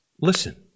listen